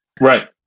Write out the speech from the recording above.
Right